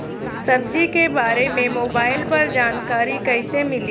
सब्जी के बारे मे मोबाइल पर जानकारी कईसे मिली?